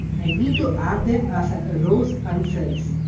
i need to add them, as ah a rows and cells.